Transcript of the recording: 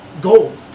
gold